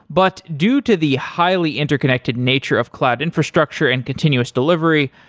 but due to the highly interconnected nature of cloud infrastructure and continuous delivery,